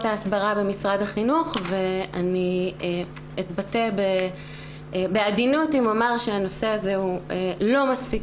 ההסברה במשרד החינוך ואני אתבטא בעדינות אם אומר שהנושא הזה לא מספיק